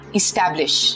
establish